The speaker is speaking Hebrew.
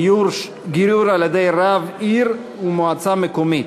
(גיור על-ידי רב עיר ומועצה מקומית),